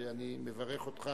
ואני מברך אותך